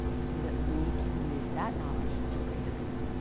so that we can use that knowledge for the greater good.